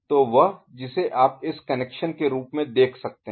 तो वह जिसे आप इस कनेक्शन के रूप में देख सकते हैं